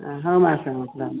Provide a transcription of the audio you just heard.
हम